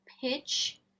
pitch